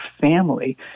family